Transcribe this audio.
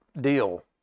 deal